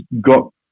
got